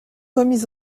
remis